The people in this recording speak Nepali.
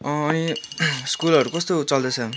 अँ अनि स्कुलहरू कस्तो चल्दैछ